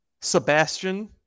Sebastian